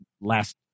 last